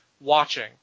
watching